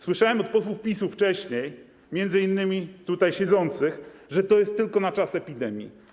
Słyszałem od posłów PiS-u wcześniej, m.in. tutaj siedzących, że to jest tylko na czas epidemii.